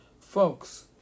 Folks